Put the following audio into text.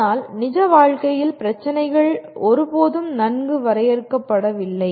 ஆனால் நிஜ உலகில் பிரச்சினைகள் ஒருபோதும் நன்கு வரையறுக்கப்படவில்லை